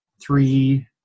three